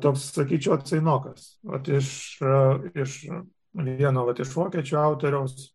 toks sakyčiau atsainokas vat iš iš vieno vat iš vokiečių autoriaus